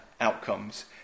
outcomes